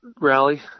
rally